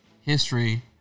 history